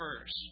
first